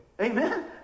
Amen